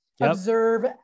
observe